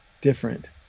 different